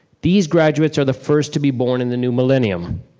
these graduates are the first to be born in the new millennium.